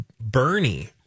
Bernie